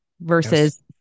versus